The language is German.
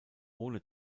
ohne